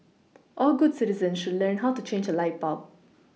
all good citizens should learn how to change a light bulb